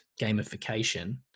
gamification